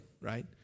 right